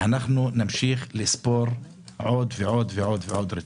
אנחנו נמשיך לספור עוד ועוד ועוד רציחות.